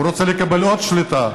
הוא רוצה לקבל עוד שליטה.